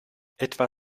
etwa